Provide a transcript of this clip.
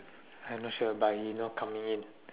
I not sure but he not coming in